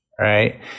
right